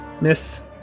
Miss